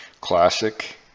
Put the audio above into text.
Classic